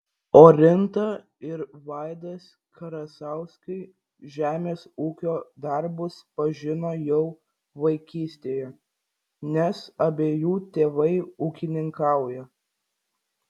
orinta ir vaidas krasauskai žemės ūkio darbus pažino jau vaikystėje nes abiejų tėvai ūkininkauja